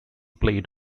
played